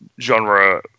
genre